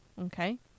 okay